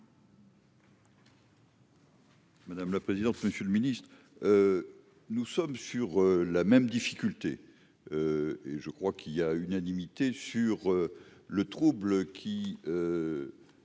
Madame la présidente, monsieur le Ministre, nous sommes sur la même difficulté et je crois qu'il y a unanimité sur le trouble qui